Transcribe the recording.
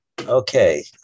Okay